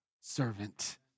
servant